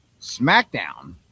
smackdown